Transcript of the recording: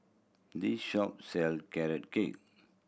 this shop sell Carrot Cake